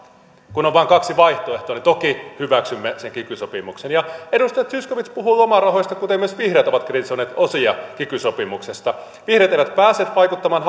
kun on vain kaksi vaihtoehtoa niin toki hyväksymme sen kiky sopimuksen edustaja zyskowicz puhui lomarahoista kuten myös vihreät ovat kritisoineet osia kiky sopimuksesta vihreät eivät päässeet vaikuttamaan